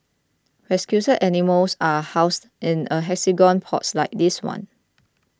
rescued animals are housed in hexagonal pods like this one